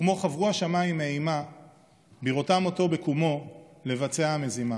וכמו / חוורו השמיים מאימה / בראותם אותו בקומו / לבצע המזימה."